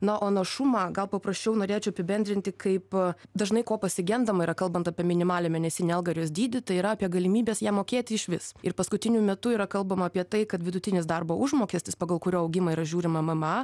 na o našumą gal paprasčiau norėčiau apibendrinti kaip dažnai ko pasigendama yra kalbant apie minimalią mėnesinę algą ir jos dydį tai yra apie galimybes ją mokėti išvis ir paskutiniu metu yra kalbama apie tai kad vidutinis darbo užmokestis pagal kurio augimą yra žiūrima mma